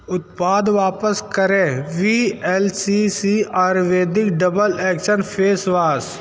उत्पाद वापस करें V L C C Ayurvedic double action face wash